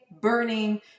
burning